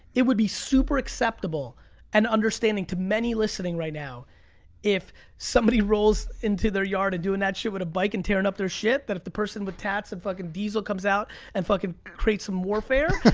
it would be super acceptable and understanding to many listening right now if somebody rolls into their yard and doing that shit with a bike and tearing up their shit that if the person with tats and fucking diesel comes out and fucking creates some warfare,